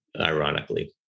Ironically